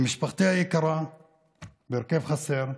למשפחתי היקרה בהרכב חסר,